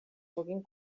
puguin